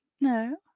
no